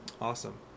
Awesome